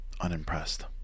unimpressed